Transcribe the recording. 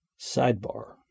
Sidebar